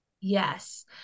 Yes